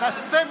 גלית, תודה.